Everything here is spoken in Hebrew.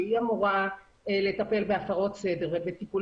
שהיא אמורה לטפל בהפרות סדר ובטיפול